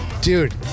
Dude